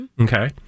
Okay